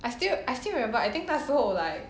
I still I still remember I think 那时候 like